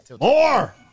More